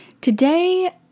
Today